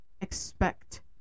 expect